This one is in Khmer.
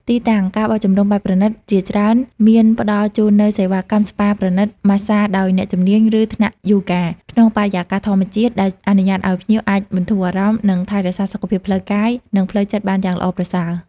ទីតាំង ការបោះជំរំបែបប្រណីត ជាច្រើនមានផ្តល់ជូននូវសេវាកម្មស្ប៉ាប្រណីត ម៉ាស្សាដោយអ្នកជំនាញ ឬថ្នាក់យូហ្គាក្នុងបរិយាកាសធម្មជាតិ ដែលអនុញ្ញាតឲ្យភ្ញៀវអាចបន្ធូរអារម្មណ៍ និងថែរក្សាសុខភាពផ្លូវកាយ និងផ្លូវចិត្តបានយ៉ាងល្អប្រសើរ។